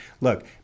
look